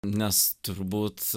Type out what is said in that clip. nes turbūt